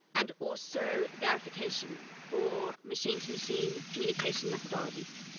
and also, verification for machine-to-machine communication methodologies.